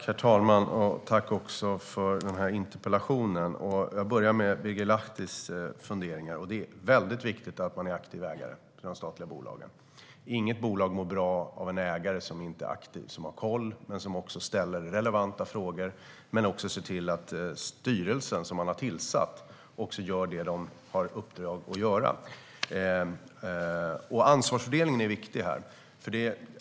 Herr talman! Tack för interpellationen! Jag börjar med Birger Lahtis funderingar. Det är väldigt viktigt att man är aktiv ägare för de statliga bolagen. Inget bolag mår bra av en ägare som inte är aktiv, har koll och också ställer relevanta frågor och ser till att den styrelse som är tillsatt gör vad den har i uppdrag att göra. Ansvarsfördelningen är viktig.